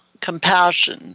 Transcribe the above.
compassion